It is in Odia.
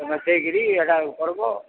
ତମେ ସେଇକିରି ଏଟା କର୍ବ